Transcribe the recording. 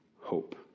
hope